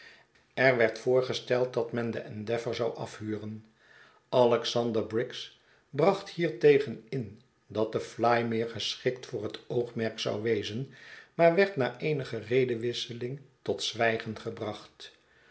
er werd voorgesteld dat men de endeavour zou afhuren alexander briggs bracht hiertegen in dat de fly meer geschikt voor het oogmerk zou wezen maar werd na eenige redewisseling tot zwijgen gebracht